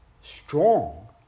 strong